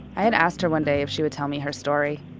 i had asked her one day if she would tell me her story.